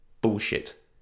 Bullshit